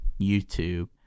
YouTube